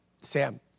Sam